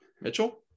Mitchell